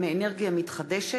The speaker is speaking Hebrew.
השתתפות במכרזים),